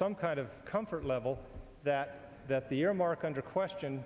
some kind of comfort level that that the earmark under question